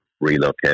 relocate